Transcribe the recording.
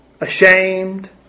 ashamed